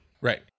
Right